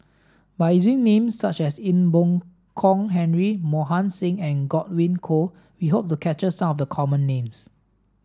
by using names such as Ee Boon Kong Henry Mohan Singh and Godwin Koay we hope to capture some of the common names